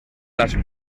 las